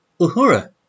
Uhura